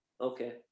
Okay